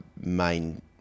main